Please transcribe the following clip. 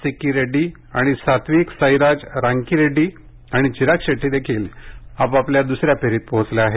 सिक्की रेड्डी आणि सात्विक साईराज रांकीरेड्डी आणि चिराग शेट्टीदेखील आपापल्या दुसऱ्या फेरीत पोहोचले आहेत